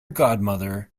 godmother